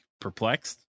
perplexed